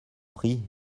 prie